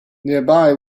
nearby